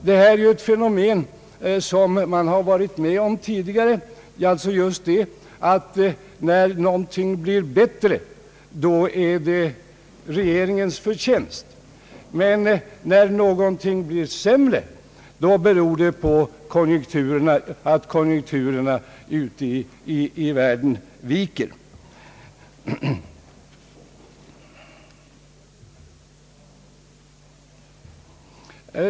Detta är ju ett fenomen som vi varit med om tidigare, nämligen att när någonting blir bättre är det regeringens förtjänst, men när någonting blir sämre beror det på att konjunkturerna ute i världen viker.